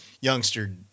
youngster